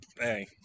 hey